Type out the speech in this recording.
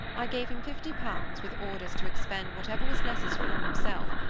i gave him fifty pounds, with orders to expend whatever was necessary on himself,